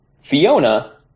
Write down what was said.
Fiona